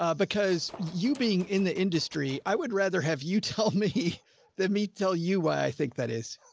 ah because you being in the industry, i would rather have you tell me that. me tell you why. i think that is.